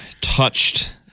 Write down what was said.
touched